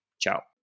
ciao